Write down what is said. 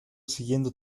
siguiendo